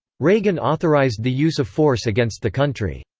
reagan authorized the use of force against the country.